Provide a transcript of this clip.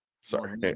sorry